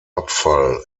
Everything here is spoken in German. abfall